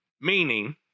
Meaning